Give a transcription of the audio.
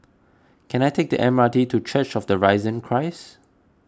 can I take the M R T to Church of the Risen Christ